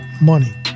money